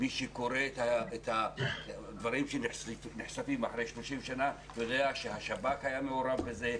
מי שקורא את הדברים שנחשפים אחרי 30 שנה יודע שהשב"כ היה מעורב בזה,